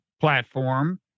platform